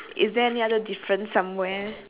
ya I mean so that means the sign